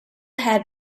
had